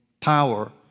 power